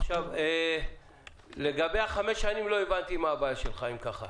אם כך לא הבנתי מה הבעיה שלך.